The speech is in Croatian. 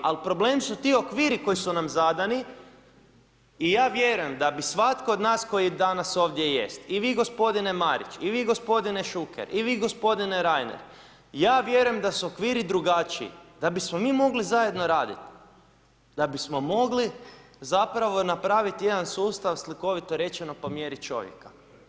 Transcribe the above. Al, problem su ti okviri koji su nam zadani i ja vjerujem da bi svatko od nas koji danas jest, i vi gospodine Marić, i vi gospodine Šuker, i vi gospodine Reiner, ja vjerujem da su okviri drugačiji da bismo mi mogli zajedno raditi, da bismo mogli, zapravo, napraviti jedan sustav, slikovito rečemo, po mjeri čovjeka.